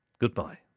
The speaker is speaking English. goodbye